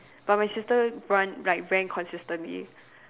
but my sister run like ran consistently